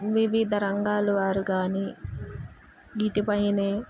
వివిధ రంగాలు వారు కానీ వీటి పైన